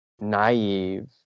naive